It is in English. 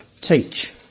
Teach